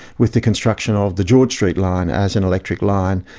with the construction of the george street line as an electric line.